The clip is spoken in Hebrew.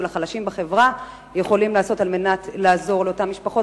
לחלשים בחברה יכולים לעשות על מנת לעזור לאותן משפחות